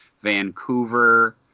Vancouver